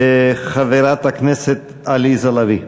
חברת הכנסת עליזה לביא.